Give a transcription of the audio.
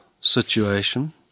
situation –